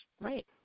right